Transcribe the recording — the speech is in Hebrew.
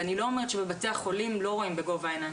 ואני לא אומרת שבבתי החולים לא רואים בגובה העיניים,